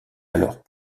alors